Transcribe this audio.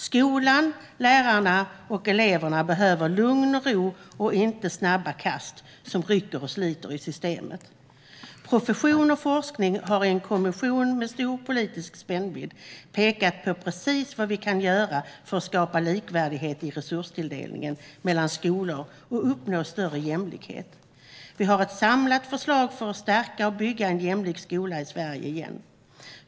Skolan, lärarna och eleverna behöver lugn och ro och inte snabba kast som rycker och sliter i systemet. Profession och forskning har i en kommission med stor politisk spännvidd pekat på vad vi kan göra för att skapa likvärdighet i resurstilldelningen mellan skolor och uppnå större jämlikhet. Vi har ett samlat förslag för att stärka och bygga en jämlik skola i Sverige igen.